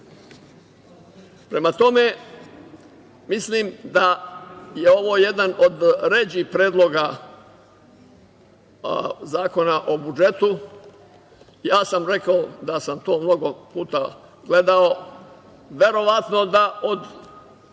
tome, mislim da je ovo jedan od ređih Predloga zakona o budžetu. Rekao sam da sam to mnogo puta gledao. Verovatno da od